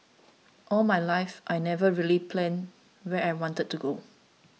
all my life I never really planned where I wanted to go